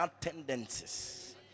tendencies